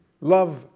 love